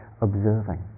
observing